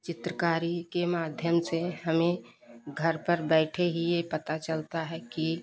चित्रकारी के माध्यम से हमें घर पर बैठे ही यह पता चलता है कि